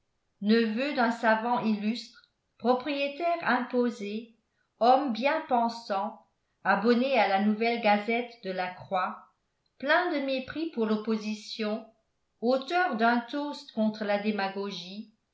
neveu d'un savant illustre propriétaire imposé homme bien pensant abonné à la nouvelle gazette de la croix plein de mépris pour l'opposition auteur d'un toast contre la démagogie